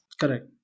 Correct